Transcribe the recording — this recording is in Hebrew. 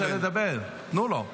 הוא רוצה לדבר, תנו לו.